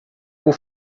por